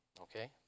okay